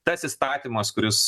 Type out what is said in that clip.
tas įstatymas kuris